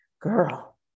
girl